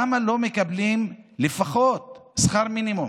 למה לא מקבלים לפחות שכר מינימום?